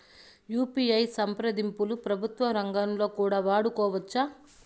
UPI సంప్రదింపులు ప్రభుత్వ రంగంలో కూడా వాడుకోవచ్చా?